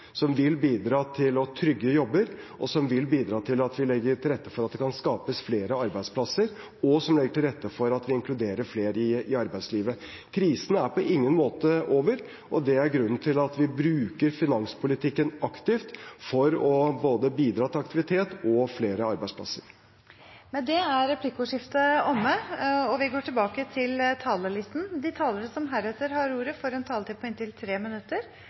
som vil bidra til å trygge jobber, og som vil bidra til at vi legger til rette for at det kan skapes flere arbeidsplasser, og at vi inkluderer flere i arbeidslivet. Krisen er på ingen måte over. Det er grunnen til at vi bruker finanspolitikken aktivt for å bidra til aktivitet og flere arbeidsplasser. Replikkordskiftet er omme. De talere som heretter får ordet, har en taletid på inntil 3 minutter.